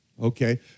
Okay